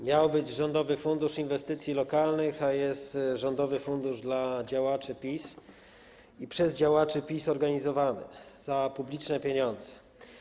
Miał być rządowy fundusz inwestycji lokalnych, a jest rządowy fundusz dla działaczy PiS i przez działaczy PiS organizowany za publiczne pieniądze.